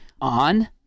on –